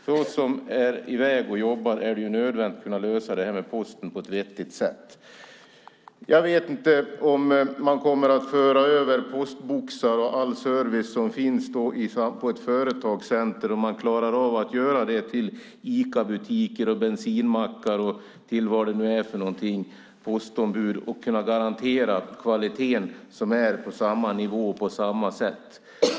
För oss som är i väg och jobbar är det nödvändigt att kunna lösa det här med posten på ett vettigt sätt, säger han. Jag vet inte om man kommer att klara av att överföra postboxar och all den service som finns på ett företagscenter till ICA-butiker, bensinmackar eller andra postombud och samtidigt kunna garantera att kvaliteten håller samma nivå.